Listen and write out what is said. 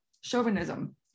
chauvinism